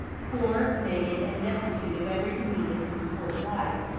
poor, naked, and destitute of every convenience and support of life,